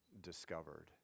discovered